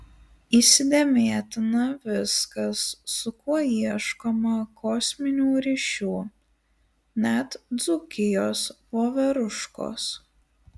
įsidėmėtina viskas su kuo ieškoma kosminių ryšių net dzūkijos voveruškos